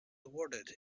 awarded